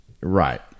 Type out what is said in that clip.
Right